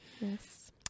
Yes